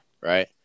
right